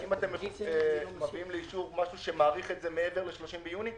האם אתם מביאים לאישור משהו שמאריך את זה מעבר ל-30 ביוני?